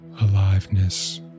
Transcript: aliveness